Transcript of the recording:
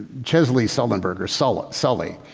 chesley sullenberger, sully sully